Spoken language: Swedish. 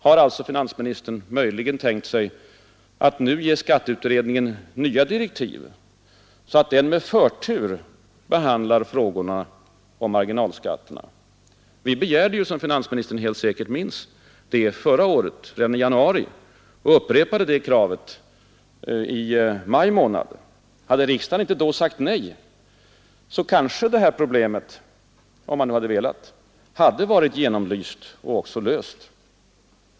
Har alltså finansministern möjligen tänkt sig att nu ge skatteutredningen nya direktiv, så att den med förtur behandlar frågan om marginalskatterna? Vi begärde ju det, som finansministern helt säkert minns, förra året redan i januari och upprepade kravet i maj månad. Hade riksdagen inte då sagt nej, kanske det här problemet — om man nu hade velat — hade varit genomlyst och löst.